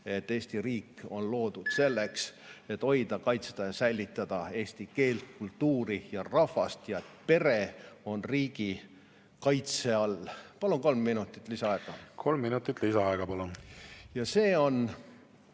Eesti riik on loodud selleks, et hoida, kaitsta ja säilitada eesti keelt, kultuuri ja rahvast, ja pere on riigi kaitse all. Palun kolm minutit lisaaega. Kolm minutit lisaaega, palun! See on